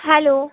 hello